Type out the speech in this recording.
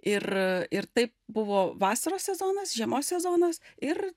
ir ir taip buvo vasaros sezonas žiemos sezonas ir